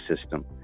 system